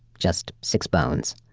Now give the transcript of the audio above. just six bones.